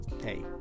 hey